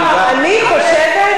אני חושבת,